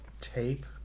Tape